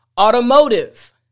automotive